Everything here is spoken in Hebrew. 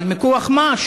אבל מכוח מה?